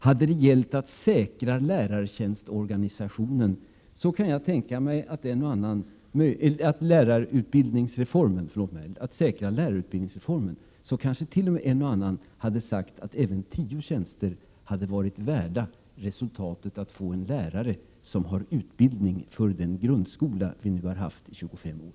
Om det hade gällt att säkra lärarutbildningsreformen, kan jag tänka mig att en och annan hade sagt att även en organisation med tio olika tjänster skulle kunna accepteras, för att uppnå resultatet att få lärare som har en utbildning för den grundskola vi nu har haft i 25 år.